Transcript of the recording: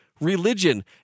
religion